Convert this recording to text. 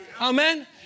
Amen